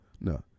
no